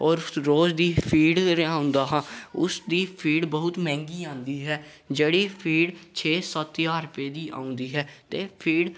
ਔਰ ਰੋਜ਼ ਦੀ ਫੀਡ ਰਿਹਾ ਆਉਂਦਾ ਹਾਂ ਉਸਦੀ ਫੀਡ ਬਹੁਤ ਮਹਿੰਗੀ ਆਉਂਦੀ ਹੈ ਜਿਹੜੀ ਫੀਡ ਛੇ ਸੱਤ ਹਜ਼ਾਰ ਰੁਪਏ ਦੀ ਆਉਂਦੀ ਹੈ ਅਤੇ ਫੀਡ